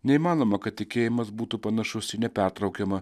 neįmanoma kad tikėjimas būtų panašus į nepertraukiamą